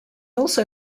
also